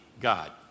God